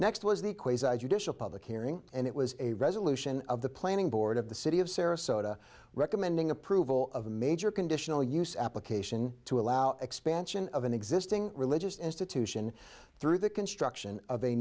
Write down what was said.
judicial public hearing and it was a resolution of the planning board of the city of sarasota recommending approval of a major conditional use application to allow expansion of an existing religious institution through the construction o